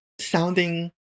sounding